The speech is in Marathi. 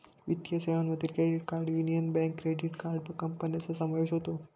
वित्तीय सेवांमध्ये credit card union bank credit card कंपन्यांचा समावेश होतो